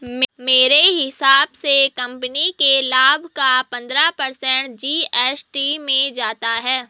मेरे हिसाब से कंपनी के लाभ का पंद्रह पर्सेंट जी.एस.टी में जाता है